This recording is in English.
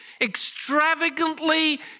extravagantly